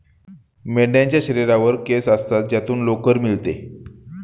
मेंढ्यांच्या शरीरावर केस असतात ज्यातून लोकर मिळते